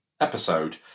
episode